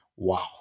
Wow